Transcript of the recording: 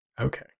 Okay